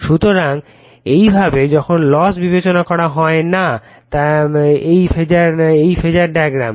সুতরাং এইভাবে যখন লস বিবেচনা করা হয় না তাই এই ফেজার ডায়াগ্রাম